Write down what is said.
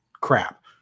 crap